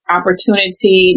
opportunity